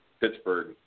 Pittsburgh